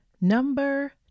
Number